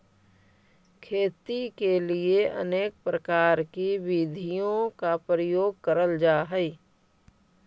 खेती के लिए अनेक प्रकार की विधियों का प्रयोग करल जा हई